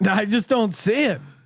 i just don't see it.